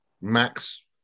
Max